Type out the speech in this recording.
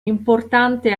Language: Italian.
importante